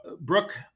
Brooke